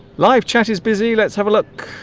live chat is busy let's have a look